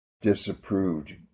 disapproved